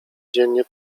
dziennie